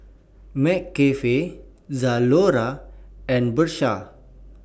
McCafe Zalora and Bershka